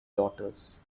daughters